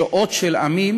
שואות של עמים